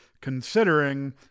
considering